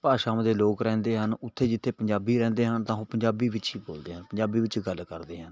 ਭਾਸ਼ਾਵਾਂ ਦੇ ਲੋਕ ਰਹਿੰਦੇ ਹਨ ਉੱਥੇ ਜਿੱਥੇ ਪੰਜਾਬੀ ਰਹਿੰਦੇ ਹਨ ਤਾਂ ਉਹ ਪੰਜਾਬੀ ਵਿੱਚ ਹੀ ਬੋਲਦੇ ਹਨ ਪੰਜਾਬੀ ਵਿੱਚ ਹੀ ਗੱਲ ਕਰਦੇ ਹਨ